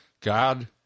God